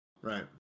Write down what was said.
Right